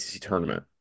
tournament